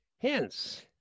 Hence